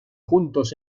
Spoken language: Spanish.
juntos